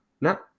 No